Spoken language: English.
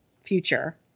future